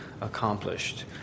accomplished